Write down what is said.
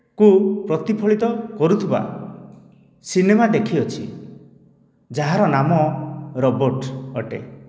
କୁ ପ୍ରତିଫଳିତ କରୁଥିବା ସିନେମା ଦେଖିଅଛି ଯାହାର ନାମ ରୋବୋଟ ଅଟେ